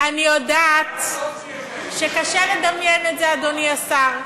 אני יודעת שקשה לדמיין את זה, אדוני השר.